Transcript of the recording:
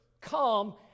come